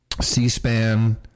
C-SPAN